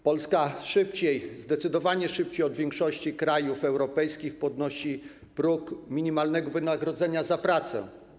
Polska szybciej, zdecydowanie szybciej od większości krajów europejskich podnosi próg minimalnego wynagrodzenia za pracę.